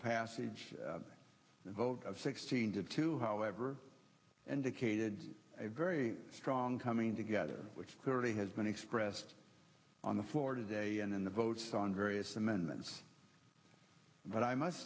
passage of the vote of sixteen to two however indicated a very strong coming together which clearly has been expressed on the floor today and in the votes on various amendments but i must